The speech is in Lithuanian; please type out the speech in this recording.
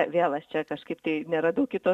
vėl aš čia kažkaip tai neradau kito